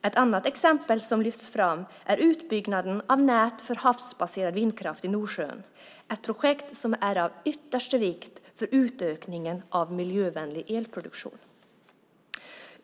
Ett annat exempel som lyfts fram är utbyggnaden av nät för havsbaserad vindkraft i Nordsjön. Det är ett projekt som är av yttersta vikt för utökningen av miljövänlig elproduktion.